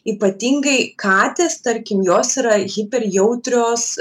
ypatingai katės tarkim jos yra hiperjautrios